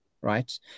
right